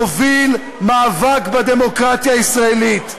מוביל מאבק בדמוקרטיה הישראלית.